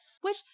Which-